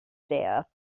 death